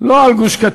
לא על גוש-קטיף,